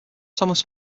thomas